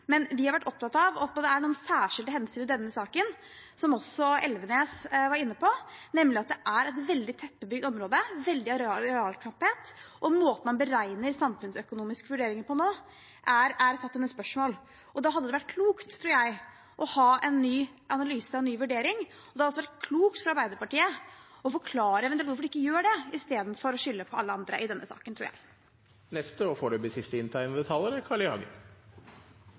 men vi har vært opptatt av at det er noen særskilte hensyn i denne saken, som også representanten Elvenes var inne på, nemlig at det er et veldig tett bebygd område, det er veldig stor arealknapphet, og måten man beregner samfunnsøkonomiske konsekvenser på nå, stilles det spørsmål ved. Da hadde det vært klokt, tror jeg, å ha en ny analyse og en ny vurdering. Jeg tror også det hadde vært klokt av Arbeiderpartiet å forklare hvorfor de ikke gjør det, istedenfor å skylde på alle andre i denne saken.